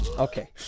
Okay